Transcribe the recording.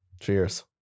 Cheers